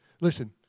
Listen